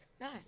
Nice